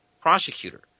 prosecutor